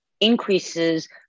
increases